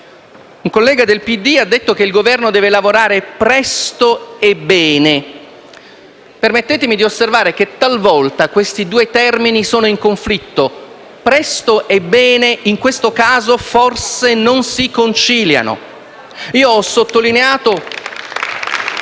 Un collega del PD ha detto che il Governo deve lavorare presto e bene. Permettetemi di osservare che talvolta questi due termini sono in conflitto: presto e bene in questo caso forse non si conciliano. *(Applausi